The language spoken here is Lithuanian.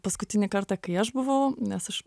paskutinį kartą kai aš buvau nes aš